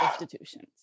institutions